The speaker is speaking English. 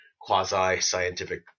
quasi-scientific